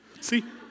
See